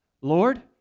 Lord